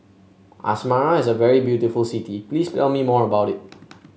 Asmara is a very beautiful city please tell me more about it